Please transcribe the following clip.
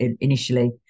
initially